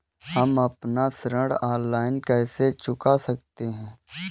हम अपना ऋण ऑनलाइन कैसे चुका सकते हैं?